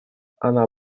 она